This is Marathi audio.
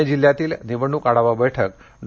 पुणे जिल्ह्यातील निवडणूक आढावा बैठक डॉ